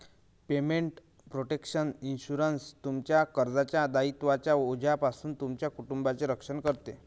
payment protection insurance, तुमच्या कर्जाच्या दायित्वांच्या ओझ्यापासून तुमच्या कुटुंबाचे रक्षण करते